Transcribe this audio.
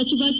ಸಚಿವ ಕೆ